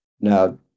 Now